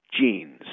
genes